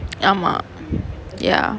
ஆமா:aamaa ya